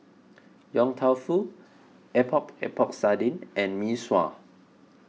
Yong Tou Foo Epok Epok Sardin and Mee Sua